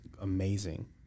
amazing